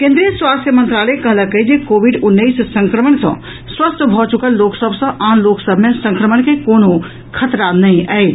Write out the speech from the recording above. केन्द्रीय स्वास्थ्य मंत्रालय कहलक अछि जे कोविड उन्नैस संक्रमण सँ स्वस्थ भऽ च्रकल लोक सभ सँ आन लोक सभ मे संक्रमण के कोनो खतरा नहि अछि